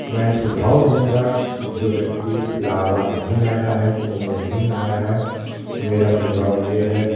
मैं सुझाव दूंगा कि जो व्यक्ति इलाहाबाद नहीं आया है कुम्भ नहीं नहाया है तो मेरा सुझाव यह है